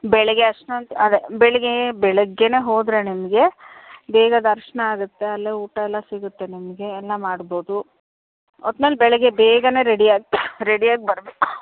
ಬೆಳಗ್ಗೆ ಅಷ್ಟು ಗಂಟೆ ಅದೇ ಬೆಳಗ್ಗೆ ಬೆಳಗ್ಗೆಯೇ ಹೋದರೆ ನಿಮಗೆ ಬೇಗ ದರ್ಶನ ಆಗುತ್ತೆ ಅಲ್ಲೇ ಊಟ ಎಲ್ಲ ಸಿಗುತ್ತೆ ನಿಮಗೆ ಎಲ್ಲ ಮಾಡ್ಬೋದು ಒಟ್ನಲ್ಲಿ ಬೆಳಗ್ಗೆ ಬೇಗ ರೆಡಿ ಆಗಿ ರೆಡಿ ಆಗಿ ಬರಬೇಕು